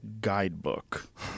guidebook